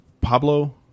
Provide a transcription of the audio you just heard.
Pablo